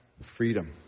freedom